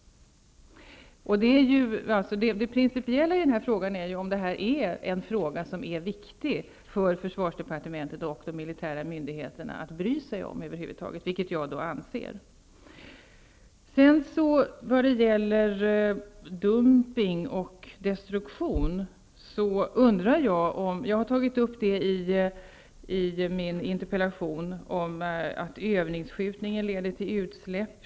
Det principiella i sammanhanget är om det här över huvud taget är en fråga som är viktig för försvarsdepartementet och de militära myndigheterna att bry sig om, vilket jag anser. När det gäller dumpning och destruktion har jag i min interpellation tagit upp att t.ex. övningsskjutning leder till utsläpp.